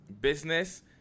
business